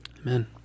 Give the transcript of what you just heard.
Amen